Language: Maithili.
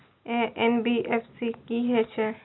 एन.बी.एफ.सी की हे छे?